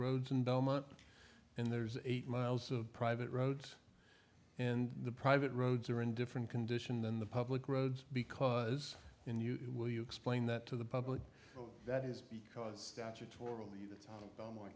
roads in belmont and there's eight miles of private roads and the private roads are in different condition than the public roads because when you will you explain that to the public that is because statutorily the